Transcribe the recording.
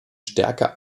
stärker